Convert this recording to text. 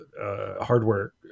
hardware